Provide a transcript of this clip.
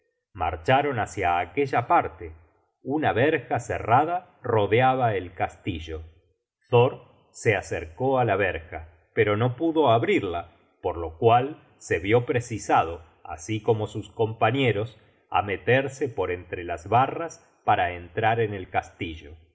marcharon hácia aquella parte una verja cerrada rodeaba el castillo thor se acercó a la verja pero no pudo abrirla por lo cual se vió precisado así como sus compañeros á meterse por entre las barras para entrar en el castillo